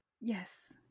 Yes